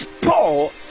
Paul